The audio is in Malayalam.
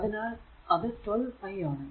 അതിനാൽ അത് 12 i ആണ്